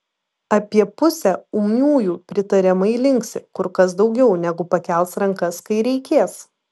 apie pusę ūmiųjų pritariamai linksi kur kas daugiau negu pakels rankas kai reikės